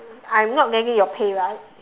I'm not getting your pay right